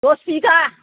दस बिगा